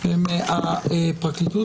מהפרקליטות